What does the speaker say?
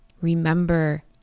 remember